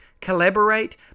collaborate